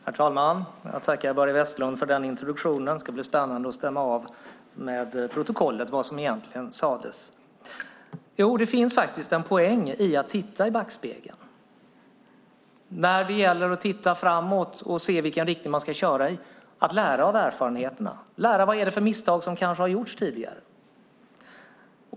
Herr talman! Jag tackar Börje Vestlund för denna introduktion. Det ska bli spännande att stämma av med protokollet vad som egentligen sades. Jo, det finns faktiskt en poäng i att titta i backspegeln för att se i vilken riktning man ska köra framöver, för att lära av erfarenheterna och för att lära vilka misstag som kanske har gjorts tidigare.